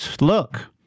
look